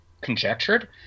conjectured